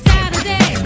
Saturday